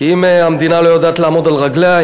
כי אם המדינה לא יודעת לעמוד על רגליה,